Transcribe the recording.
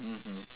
mmhmm